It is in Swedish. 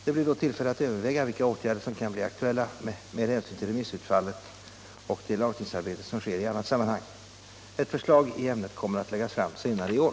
Det blir då tillfälle att överväga vilka åtgärder som kan bli aktuella med hänsyn till remissutfallet och det lagstiftningsarbete som sker i annat sammanhang. Ett förslag i ämnet kommer att läggas fram senare i år.